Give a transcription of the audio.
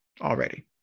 already